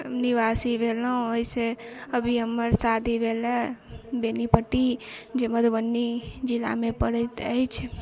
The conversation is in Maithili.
निवासी भेलहुॅं वैसे अभी हमर शादी भेलाए बेनीपट्टी जे मधुबनी जिला मे परैत अछि